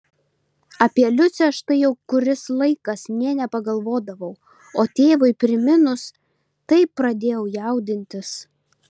apie liucę štai jau kuris laikas nė nepagalvodavau o tėvui priminus taip pradėjau jaudintis